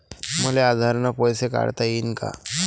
मले आधार न पैसे काढता येईन का?